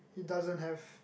it doesn't have